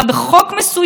הייתה ב-2015,